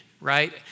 right